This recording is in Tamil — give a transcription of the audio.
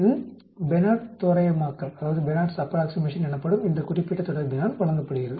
இது பெனார்ட் தோராயமாக்கல் Benard's approximation எனப்படும் இந்தக் குறிப்பிட்ட தொடர்பினால் வழங்கப்படுகிறது